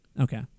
okay